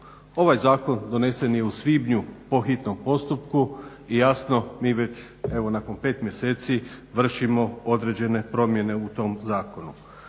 Ovaj zakon donesen je u svibnju po hitnom postupku i jasno mi već, evo nakon 5 mjeseci vršimo određene promjene u tom zakonu.